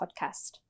podcast